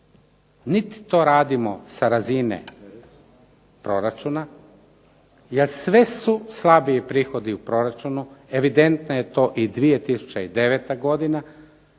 Niti to radimo sa razine proračuna jer sve su slabiji prihodi u proračunu, evidentna je to i 2009. godine